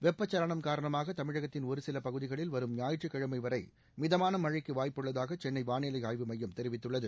வெட்பச்சலனம் காரணமாக தமிழகத்தின் ஒருசில பகுதிகளில் வரும் ஞாயிற்றுக்கிழமை வரை மிதமான மழைக்கு வாய்ப்புள்ளதாக சென்னை வானிலை ஆய்வு மையம் தெரிவித்துள்ளது